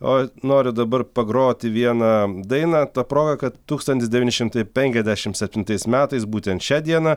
o noriu dabar pagroti vieną dainą ta proga kad tūkstantis devyni šimtai penkiasdešim septintais metais būtent šią dieną